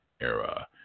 era